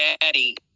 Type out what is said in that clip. daddy